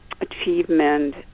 achievement